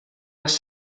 les